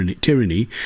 tyranny